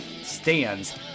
stands